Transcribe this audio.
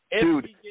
Dude